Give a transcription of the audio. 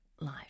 life